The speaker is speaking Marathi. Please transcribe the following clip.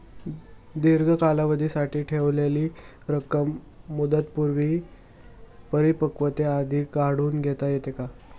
दीर्घ कालावधीसाठी ठेवलेली रक्कम मुदतपूर्व परिपक्वतेआधी काढून घेता येते का?